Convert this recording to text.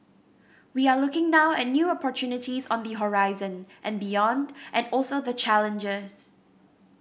we are looking now at new opportunities on the horizon and beyond and also the challenges